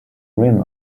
rim